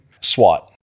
SWAT